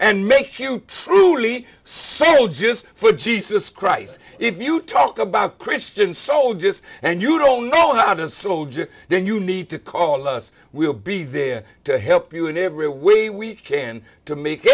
and make you truly sell just for jesus christ if you talk about christian soldiers and you don't know how to soldier then you need to call us we'll be there to help you in every way we can to make